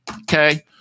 Okay